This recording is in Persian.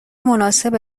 مناسب